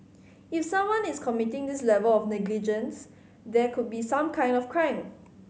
if someone is committing this level of negligence there could be some kind of crime